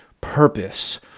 purpose